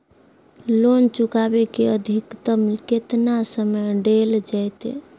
Loan चुकाबे के अधिकतम केतना समय डेल जयते?